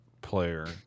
player